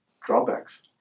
drawbacks